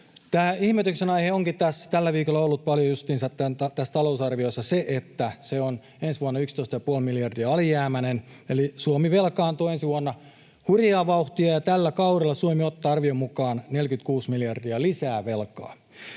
Ihmetyksen aihe onkin tällä viikolla ollut paljon justiinsa tässä talousarviossa se, että se on ensi vuonna 11,5 miljardia alijäämäinen. Eli Suomi velkaantuu ensi vuonna hurjaa vauhtia, ja tällä kaudella Suomi ottaa arvion mukaan 46 miljardia lisää velkaa.